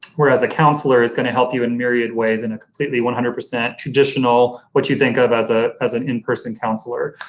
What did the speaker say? whereas a counselor is going to help you in myriad ways and a completely one hundred percent traditional, what you think of as ah as an in-person counselor.